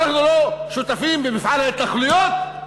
שאנחנו לא שותפים במפעל ההתנחלויות?